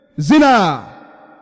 Zina